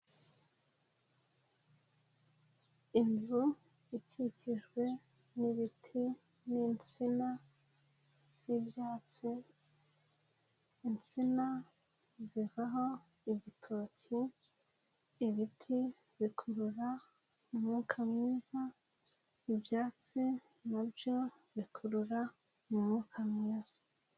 Inzu ikikijwe n'ibiti n'insina n'ibyatsi, insina zivaho ibitoki, ibiti bikurura umwuka mwiza, ibyatsi na byo bikurura umwuka mwiza.